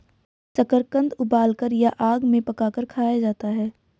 शकरकंद उबालकर या आग में पकाकर खाया जाता है